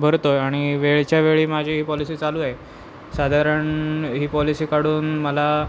भरतो आहे आणि वेळच्या वेळी माझी ही पॉलिसी चालू आहे साधारण ही पॉलिसी काढून मला